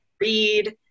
read